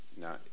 Now